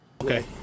Okay